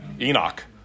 Enoch